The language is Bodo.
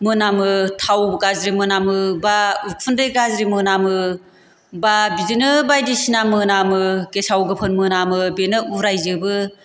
मोनामो थाव गाज्रि मोनामो बा उखुन्दै गाज्रि मोनामो बा बिदिनो बायदिसिना मोनामो गेसाव गोफोन मोनामो बेनो उराय जोबो